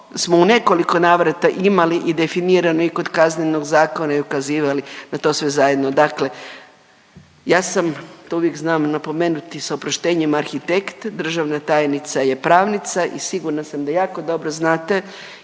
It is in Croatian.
u nekoliko navrata imali i definirano i kod Kaznenog zakona i ukazivali na to sve zajedno. Dakle, ja sam to uvijek znam napomenuti s oproštenjem arhitekt, državna tajnica je pravnica i sigurna sam da jako dobro znate